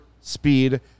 speed